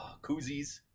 koozies